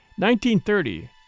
1930